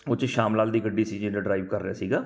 ਉਹ 'ਚ ਸ਼ਾਮ ਲਾਲ ਦੀ ਗੱਡੀ ਸੀ ਜਿਹੜਾ ਡਰਾਈਵ ਕਰ ਰਿਹਾ ਸੀਗਾ